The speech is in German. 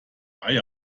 eier